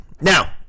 Now